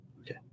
Okay